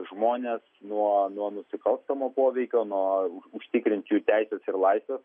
žmones nuo nuo nusikalstamo poveikio nuo užtikrinti jų teises ir laisves